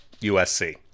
USC